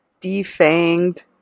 defanged